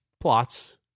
plots